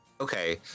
okay